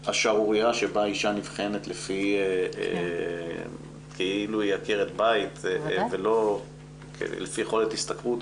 השערוריה שבה אשה נבחרת כאילו היא עקרת בית ולא לפי יכולת השתכרות